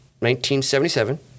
1977